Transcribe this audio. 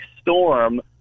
storm